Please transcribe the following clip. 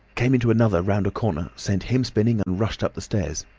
came into another round a corner, sent him spinning, and rushed up the stairs.